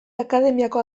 akademiako